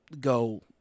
go